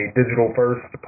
digital-first